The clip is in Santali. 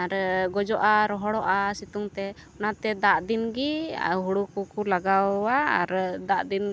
ᱟᱨ ᱜᱚᱡᱚᱜᱼᱟ ᱨᱚᱦᱚᱲᱚᱜᱼᱟ ᱥᱤᱛᱩᱝ ᱛᱮ ᱚᱱᱟᱛᱮ ᱫᱟᱜ ᱫᱤᱱ ᱜᱮ ᱦᱩᱲᱩ ᱠᱚᱠᱚ ᱞᱟᱜᱟᱣᱟ ᱟᱨ ᱫᱟᱜ ᱫᱤᱱ